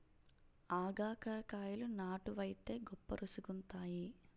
ఆగాకరకాయలు నాటు వైతే గొప్ప రుచిగుంతాయి